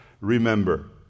remember